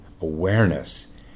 awareness